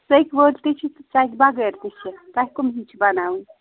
ژٔکۍ وٲلۍ تہِ چھِ تہٕ ژٔکہِ بَغٲر تہِ چھِ تۅہہِ کُم ہِوِۍ چھِ بناوٕنۍ